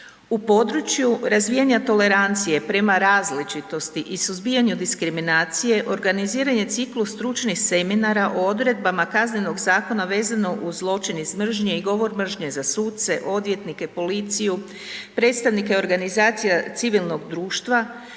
U području razvijanja tolerancije prema različitosti i suzbijanje od diskriminacije organiziran je ciklus stručnih seminara o odredbama Kaznenog zakona vezano uz zločin iz mržnje i govor mržnje za suce, odvjetnike, policiju, predstavnike organizacija civilnog društva,